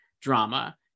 drama